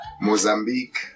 Mozambique